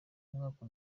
umwaka